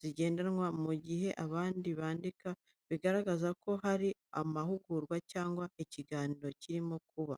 zigendanwa, mu gihe abandi bandika, bigaragaza ko hari amahugurwa cyangwa ikiganiro kirimo kuba.